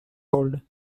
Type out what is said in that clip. old